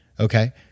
Okay